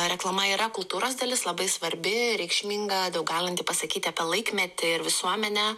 reklama yra kultūros dalis labai svarbi reikšminga daug galinti pasakyti apie laikmetį ir visuomenę